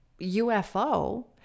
UFO